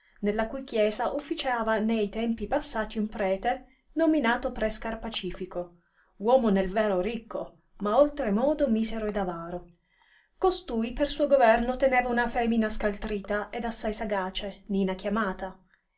nella cui chiesa ufficiava ne i tempi passati un prete nominato pre scarpacifico uomo nel vero ricco ma oltre modo misero ed avaro costui per suo governo teneva una femina scaltrita ed assai sagace nina chiamata